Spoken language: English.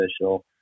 official